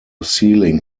ceiling